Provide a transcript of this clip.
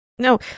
No